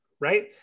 right